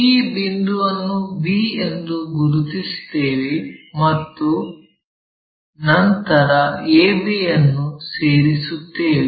ಈ ಬಿಂದುವನ್ನು b ಎಂದು ಗುರುತಿಸುತ್ತೇವೆ ಮತ್ತು ನಂತರ a b ಅನ್ನು ಸೇರಿಸುತ್ತೇವೆ